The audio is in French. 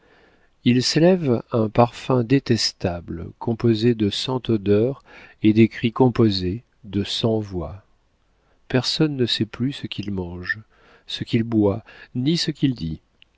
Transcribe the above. il s'élève un parfum détestable composé de cent odeurs et des cris composés de cent voix personne ne sait plus ce qu'il mange ce qu'il boit ni ce qu'il dit